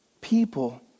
people